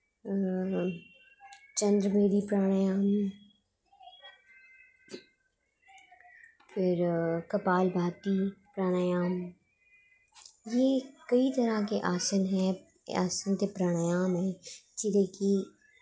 चंद्रमिगी प्राणायाम फिर कपालभाति प्राणायाम यह केईं तरहां के आसन हैं एह् आसन ते प्राणायाम ऐं जेह्ड़े कि